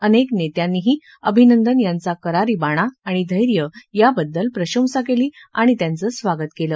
अनेक नेत्यांनीही अभिनंदन यांचा करारी बाणा आणि धैर्य याबद्दल प्रशंसा केली आणि त्यांचं स्वागत केलं